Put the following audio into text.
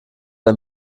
ein